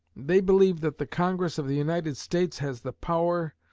they believe that the congress of the united states has the power,